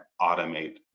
automate